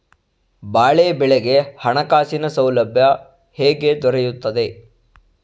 ಬಾಳೆ ಬೆಳೆಗೆ ಹಣಕಾಸಿನ ಸೌಲಭ್ಯ ಹೇಗೆ ದೊರೆಯುತ್ತದೆ?